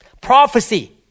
prophecy